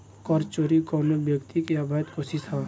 कर चोरी कवनो व्यक्ति के अवैध कोशिस ह